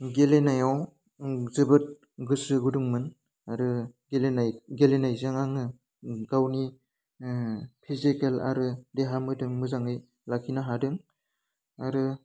गेलेनायाव ओं जोबोद गोसो गुदुंमोन आरो गेलेनाय गेलेनायजों आङो गावनि फिजिकेल आरो देहा मोदोम मोजाङै लाखिनो हादों आरो